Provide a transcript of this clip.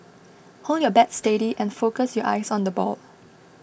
hold your bat steady and focus your eyes on the ball